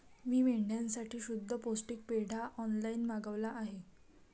मी मेंढ्यांसाठी शुद्ध पौष्टिक पेंढा ऑनलाईन मागवला आहे